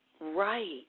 Right